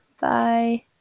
Bye